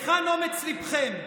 היכן אומץ ליבכם?